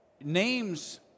names